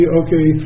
okay